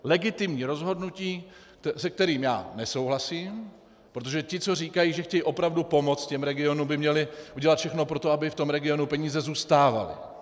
Legitimní rozhodnutí, se kterým já nesouhlasím, protože ti, co říkají, že chtějí opravdu pomoc těm regionům, by měli udělat všechno pro to, aby v tom regionu peníze zůstávaly.